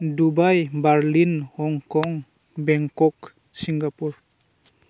Dubai Berlin Hong Kong Bangkok Singapore